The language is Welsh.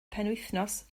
penwythnos